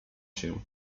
się